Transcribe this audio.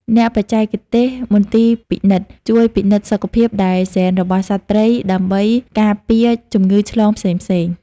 អ្នកបច្ចេកទេសមន្ទីរពិសោធន៍ ជួយពិនិត្យសុខភាព និងហ្សែនរបស់សត្វព្រៃដើម្បីការពារជំងឺឆ្លងផ្សេងៗ។